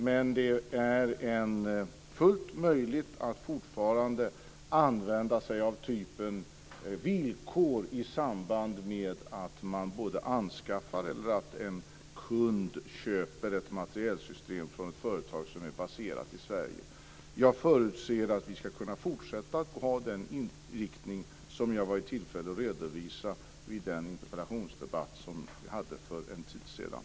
Men det är fullt möjligt att fortfarande använda sig av villkor i samband med att man anskaffar eller med att en kund köper ett materielsystem från ett företag som är baserat i Sverige. Jag förutser att vi ska kunna fortsätta att ha den inriktning som jag var i tillfälle att redovisa vid den interpellationsdebatt som vi hade för en tid sedan.